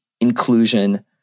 inclusion